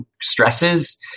stresses